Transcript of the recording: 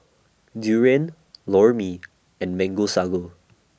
Durian Lor Mee and Mango Sago